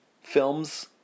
films